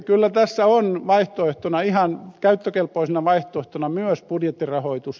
kyllä tässä on vaihtoehtona ihan käyttökelpoisena vaihtoehtona myös budjettirahoitus